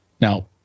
Now